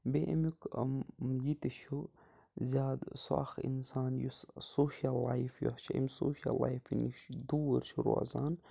بیٚیہِ اَمیُک یہِ تہِ چھُ زیادٕ سُہ اَکھ اِنسان یُس سوشَل لایِف یۄس چھِ امہِ سوشَل لایفَن یُس دوٗر چھُ روزان